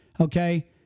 okay